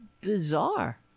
bizarre